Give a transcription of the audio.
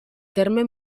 terme